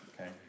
okay